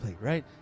right